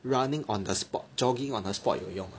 running on the spot jogging on the spot 有用吗